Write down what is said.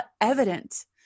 evident